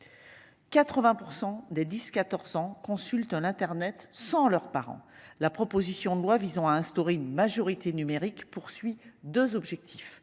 80% des 10 1400. Consultant l'internet sans leurs parents. La proposition de loi visant à instaurer une majorité numérique poursuit 2 objectifs